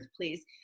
please